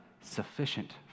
sufficient